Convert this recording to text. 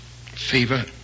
Fever